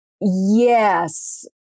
yes